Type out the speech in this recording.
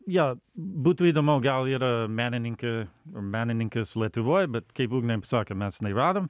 jo būtų įdomu gal ir menininkė menininkės lietuvoj bet kaip ugnė sakė mes neradom